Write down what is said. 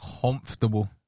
comfortable